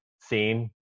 scene